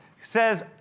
says